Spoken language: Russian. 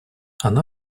она